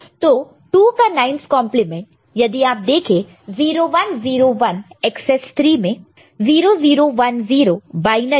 तो 2 का 9's complement तो यदि आप देखें 0 1 0 1 एकसेस 3 में 0 0 1 0 बायनरी में